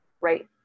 right